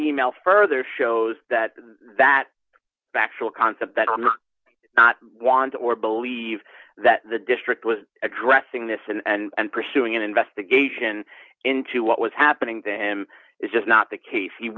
e mail further shows that that bachelor concept not want or believe that the district was addressing this and pursuing an investigation into what was happening to him is just not the case he